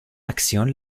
acción